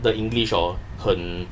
the english hor 很